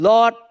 Lord